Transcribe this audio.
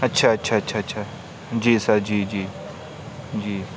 اچھا اچھا اچھا اچھا جی سر جی جی جی